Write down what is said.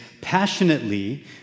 passionately